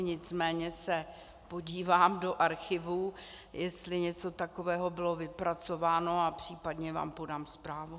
Nicméně se podívám do archivů, jestli něco takového bylo vypracováno, a případně vám podám zprávu.